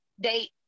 date